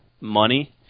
money